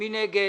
מי נגד?